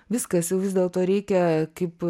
viskas jau vis dėlto reikia kaip